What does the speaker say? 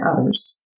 others